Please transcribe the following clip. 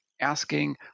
asking